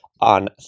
on